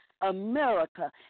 America